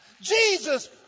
Jesus